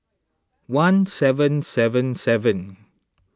one seven seven seven